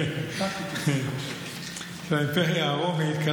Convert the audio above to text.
מפורסם של האימפריה הרומית,